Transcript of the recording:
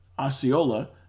Osceola